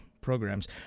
programs